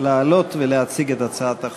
לעלות ולהציג את הצעת החוק.